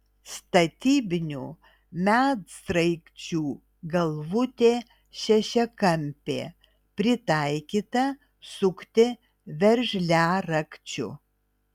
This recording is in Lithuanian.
statybinių medsraigčių galvutė šešiakampė pritaikyta sukti veržliarakčiu